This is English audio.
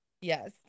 Yes